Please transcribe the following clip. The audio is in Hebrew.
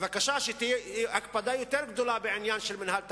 בבקשה שתהיה הקפדה יותר גדולה בעניין של מינהל תקין.